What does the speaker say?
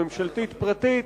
הממשלתית-פרטית,